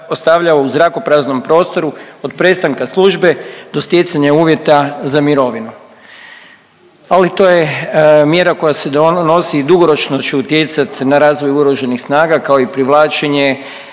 u zrakopraznom prostoru od prestanka službe do stjecanja uvjeta za mirovinu. Ali to je mjera koja se donosi dugoročno će utjecat na razvoj oružanih snaga kao i privlačenje